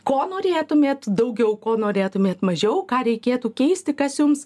ko norėtumėt daugiau ko norėtumėt mažiau ką reikėtų keisti kas jums